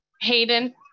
Hayden